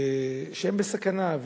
שהם בסכנה.